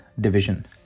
division